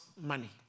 money